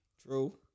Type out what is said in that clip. True